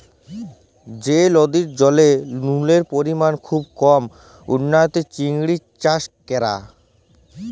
যে লদির জলে লুলের পরিমাল খুব কম উয়াতে চিংড়ি চাষ ক্যরা